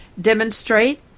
demonstrate